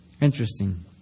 Interesting